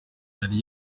yari